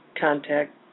Contact